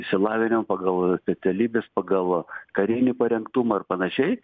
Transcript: išsilavinimą pagal specialybes pagal karinį parengtumą ir panašiai